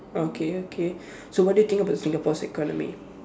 okay okay so what do you think about Singapore's economy